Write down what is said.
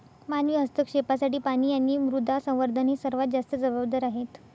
मानवी हस्तक्षेपासाठी पाणी आणि मृदा संवर्धन हे सर्वात जास्त जबाबदार आहेत